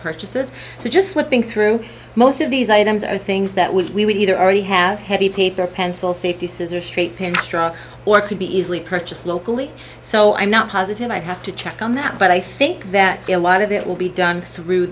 purchases just flipping through most of these items are things that we either already have heavy paper or pencil safety scissors straight pin struck or could be easily purchased locally so i'm not positive i have to check on that but i think that a lot of it will be done through